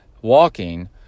walking